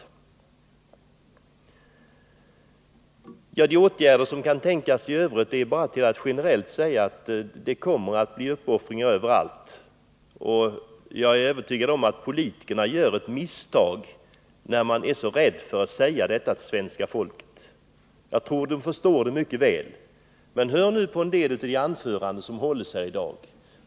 När det gäller de åtgärder som i övrigt kan vidtas i det här läget kan man generellt säga att det kommer att bli fråga om uppoffringar inom alla områden. Jag är övertygad om att politikerna gör ett misstag när de av rädsla undanhåller detta för svenska folket, som säkert mycket väl förstår vilka svårigheter vi står inför. Vi kan bara konstatera vad som framkommit i de anföranden som hållits här i dag.